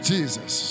Jesus